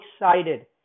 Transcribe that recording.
excited